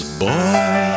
boy